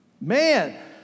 man